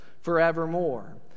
forevermore